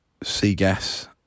Seagas